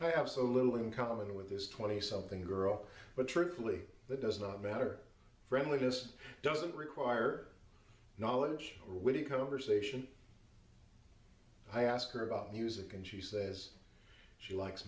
i have so little in common with this twenty something girl but truthfully that doesn't matter friendliness doesn't require knowledge or when you come over station i ask her about music and she says she likes